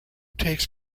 takes